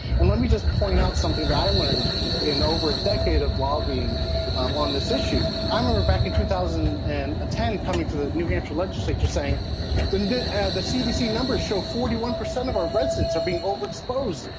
and let me just point out something that i learned in over a decade of lobbying on this issue. i'm in rebecca in two thousand and ah ten, coming to the new hampshire legislature saying that and the cdc numbers show forty one percent of our residents are being overexposed.